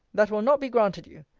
that will not be granted you.